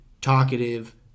talkative